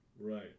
Right